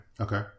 Okay